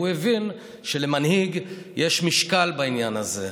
הוא הבין שלמנהיג יש משקל בעניין הזה.